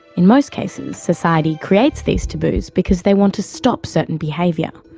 in most cases society creates these taboos because they want to stop certain behaviour,